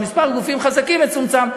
או מספר גופים חזקים מצומצם,